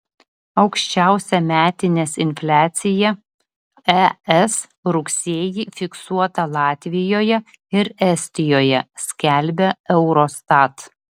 aukščiausia metinės infliacija es rugsėjį fiksuota latvijoje ir estijoje skelbia eurostat